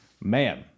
Man